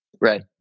Right